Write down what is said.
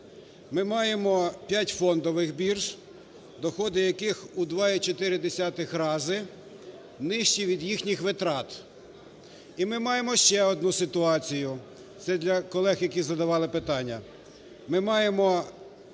Ми маємо п'ять фондових бірж, доходи яких у 2,4 рази нижчі від їхніх витрат. І ми маємо ще одну ситуацію (це для колег, які задавали питання).